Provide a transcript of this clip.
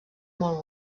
molt